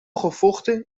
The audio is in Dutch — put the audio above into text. gevochten